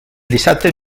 dissabte